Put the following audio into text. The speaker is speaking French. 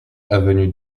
avenue